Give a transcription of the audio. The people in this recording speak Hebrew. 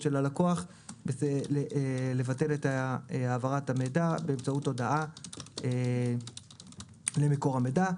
של הלקוח לבטל את העברת המידע באמצעות הודעה למקור המידע.